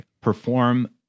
perform